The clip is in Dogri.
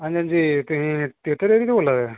हां जी हां जी तुस तैतीराह् दा बोला दे